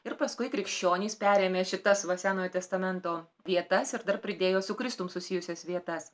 ir paskui krikščionys perėmė šitas va senojo testamento vietas ir dar pridėjo su kristum susijusias vietas